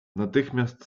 natychmiast